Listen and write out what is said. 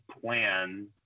plan